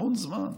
המון זמן.